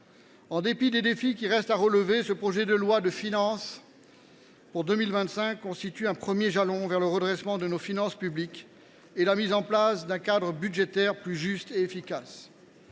En dépit des défis qui restent à relever, ce projet de loi de finances pour 2025 constitue un premier jalon vers le redressement de nos finances publiques et la mise en place d’un cadre budgétaire plus juste et efficace.